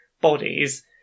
bodies